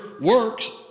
works